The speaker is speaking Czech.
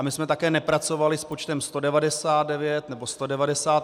My jsme také nepracovali s počtem 199 nebo 198.